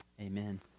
amen